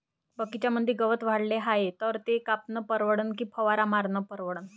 बगीच्यामंदी गवत वाढले हाये तर ते कापनं परवडन की फवारा मारनं परवडन?